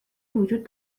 وجود